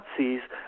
Nazis